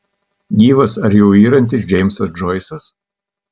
gyvas ar jau yrantis džeimsas džoisas